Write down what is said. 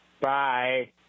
bye